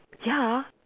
ya